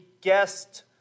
guest